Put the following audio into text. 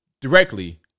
directly